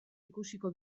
ikusiko